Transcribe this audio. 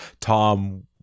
Tom